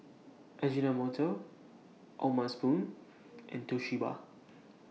Ajinomoto O'ma Spoon and Toshiba